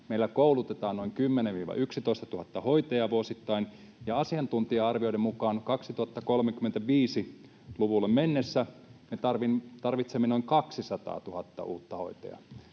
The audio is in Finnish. Meillä koulutetaan noin 10 000—11 000 hoitajaa vuosittain, ja asiantuntija-arvioiden mukaan vuoteen 2035 mennessä me tarvitsemme noin 200 000 uutta hoitajaa.